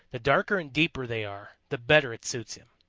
the darker and deeper they are, the better it suits him.